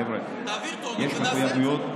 חברים, יש מחויבויות,